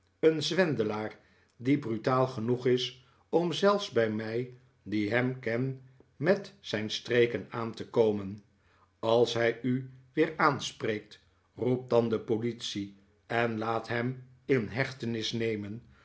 een zwendelaar die brutaal genoeg is om zelfs bij mij die hem ken met zijn streken aan te komen als hij u weer aanspreekt roep dan de politie en laat hem in hechtenis nemen